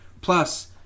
Plus